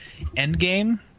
endgame